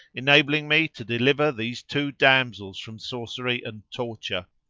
enabling me to deliver these two damsels from sorcery and torture,